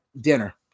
dinner